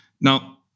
Now